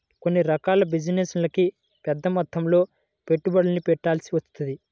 కొన్ని రకాల బిజినెస్లకి పెద్దమొత్తంలో పెట్టుబడుల్ని పెట్టాల్సి వత్తది